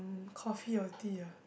um coffee or tea ah